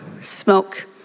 smoke